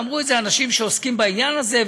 ואמרו את זה אנשים שעוסקים בעניין הזה,